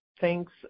thanks